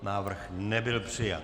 Návrh nebyl přijat.